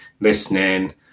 listening